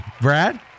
Brad